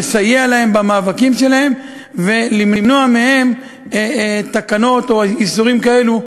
לסייע להם במאבקים שלהם ולמנוע מהם תקנות או איסורים כאלה,